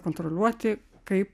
kontroliuoti kaip